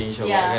ya